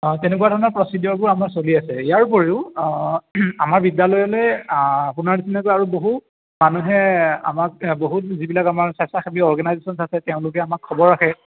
অ তেনেকুৱা ধৰণৰ প্ৰচিডিঅ'ৰবোৰ আপোনাৰ চলি আছে ইয়াৰ উপৰিও আমাৰ বিদ্যালয়লৈ আপোনাৰ নিচিনাতো আৰু বহু মানুহে আমাক বহুত যিবিলাক আমাৰ স্বাস্থ্যসেৱী অৰ্গেনাইজেচনছ আছে তেওঁলোকে আমাক খবৰ ৰাখে